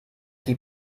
die